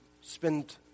spend